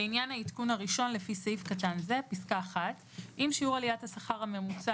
לעומת שיעור השכר הממוצע,